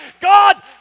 God